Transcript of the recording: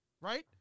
Right